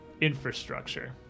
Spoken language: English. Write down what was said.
infrastructure